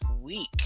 week